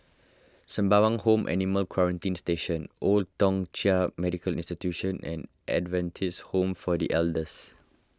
Sembawang Home Animal Quarantine Station Old Thong Chai Medical Institution and Adventist Home for the Elders